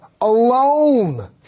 alone